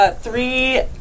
Three